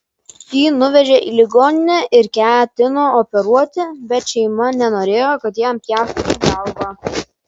jį nuvežė į ligoninę ir ketino operuoti bet šeima nenorėjo kad jam pjaustytų galvą